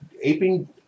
Aping